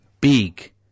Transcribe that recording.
big